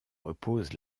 repose